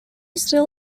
still